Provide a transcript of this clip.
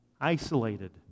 isolated